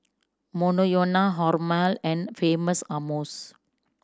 Monoyono Hormel and Famous Amos